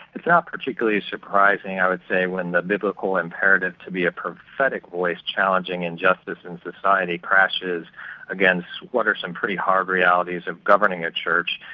it's not particularly surprising, i would say, when the biblical imperative to be a prophetic voice challenging injustice in society crashes against what are some pretty hard realities of governing a church.